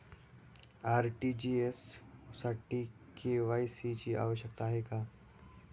RTGS साठी KYC ची आवश्यकता आहे का?